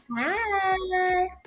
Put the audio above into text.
Hi